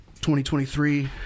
2023